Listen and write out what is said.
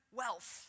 wealth